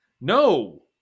No